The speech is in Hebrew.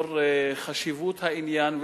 ולאור חשיבות העניין,